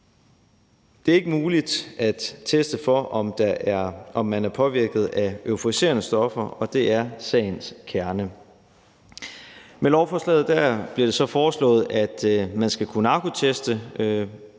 Det er ikke muligt at teste for, om man er påvirket af euforiserende stoffer, og det er sagens kerne. Med lovforslaget bliver det foreslået, at man skal kunne narkoteste